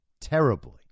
terribly